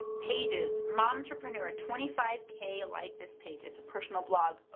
pages. momtrepreneur, twenty five k like this page, it's a personal blog.